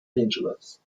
angeles